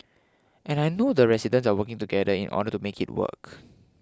and I know the residents are working together in order to make it work